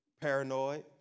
Paranoid